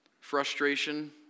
frustration